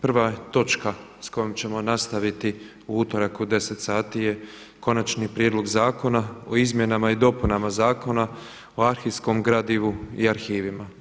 Prva točka s kojom ćemo nastaviti u utorak u 10,00 sati je Konačni prijedlog zakona o izmjenama i dopunama Zakona o arhivskom gradivu i arhivima.